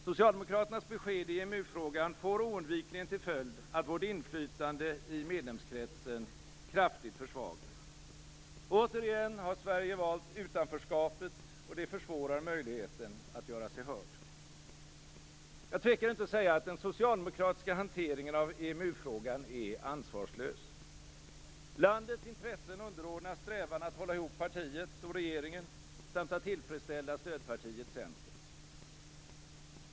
Socialdemokraternas besked i EMU-frågan får oundvikligen till följd att vårt inflytande i medlemskretsen kraftigt försvagas. Återigen har Sverige valt utanförskapet, vilket försvårar möjligheten att göra sig hörd. Jag tänker inte säga att den socialdemokratiska hanteringen av EMU-frågan är ansvarslös. Landets intressen underordnas strävan att hålla ihop partiet och regeringen samt att tillfredsställa stödpartiet Centern.